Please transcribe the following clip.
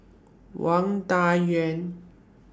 Wang Dayuan